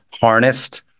harnessed